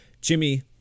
Jimmy